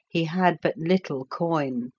he had but little coin.